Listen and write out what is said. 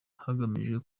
hagamijwe